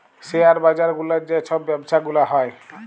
share বাজার গুলার যে ছব ব্যবছা গুলা হ্যয়